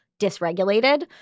dysregulated